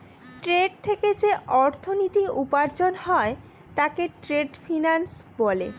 trade থেকে যে অর্থনীতি উপার্জন হয় তাকে ট্রেড ফিন্যান্স বলে